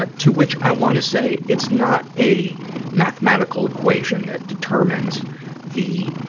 ah to which, i wanna say, it's not a mathematical equation that determines the,